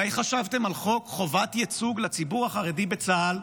אולי חשבתם על חוק חובת ייצוג לציבור החרדי בצה"ל?